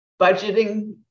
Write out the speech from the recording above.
Budgeting